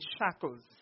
shackles